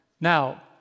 Now